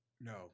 No